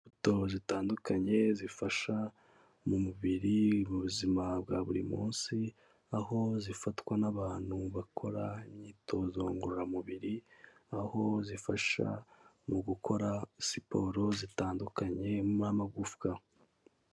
Imbuto zitandukanye zifasha mu mubiri mu buzima bwa buri munsi, aho zifatwa n'abantu bakora imyitozo ngororamubiri, aho zifasha mu gukora siporo zitandukanye n'amagufwa.